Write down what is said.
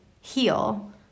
heal